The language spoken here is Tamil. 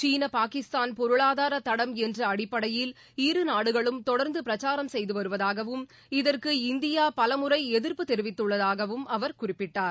சீன பாகிஸ்தான் பொருளாதார தடம் என்ற அடிப்படையில் இரு நாடுகளும் தொடர்ந்து பிரச்சாரம் செய்து வருவதாகவும் இதற்கு இந்தியா பலமுறை எதிர்ப்பு தெரிவித்தள்ளதாகவும் அவர் குறிப்பிட்டார்